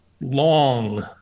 long